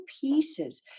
pieces